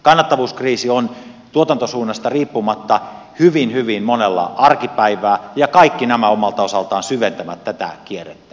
kannattavuuskriisi on tuotantosuunnasta riippumatta hyvin hyvin monella arkipäivää ja kaikki nämä omalta osaltaan syventävät tätä kierrettä